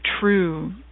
true